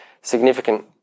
significant